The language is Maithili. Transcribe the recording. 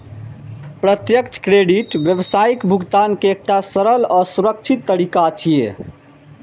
प्रत्यक्ष क्रेडिट व्यावसायिक भुगतान के एकटा सरल आ सुरक्षित तरीका छियै